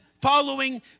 following